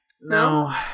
no